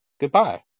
goodbye